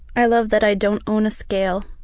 i love that i don't own a scale.